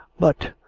but,